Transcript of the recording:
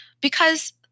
Because-